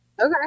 Okay